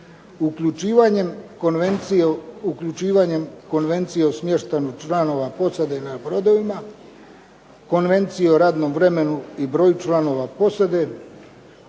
uključivanjem konvencije o smještaju članova posade na brodovima, konvencije o radnom vremenu i broju članova posade,